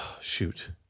Shoot